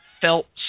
felt